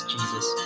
Jesus